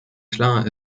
klar